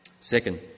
Second